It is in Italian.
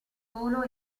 solo